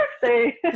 birthday